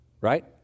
Right